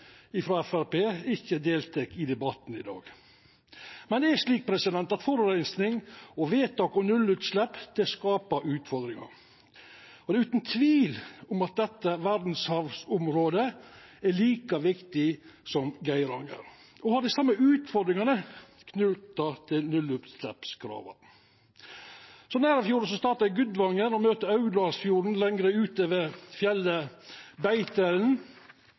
ikkje deltek i debatten i dag. Forureining og vedtak om nullutslepp skapar utfordringar. Utan tvil er dette verdsarvområdet like viktig som Geiranger og har dei same utfordringane knytte til nullutsleppskrava. Nærøyfjorden startar i Gudvangen og møter Aurlandsfjorden lengre ute ved fjellet Beitelen.